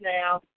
now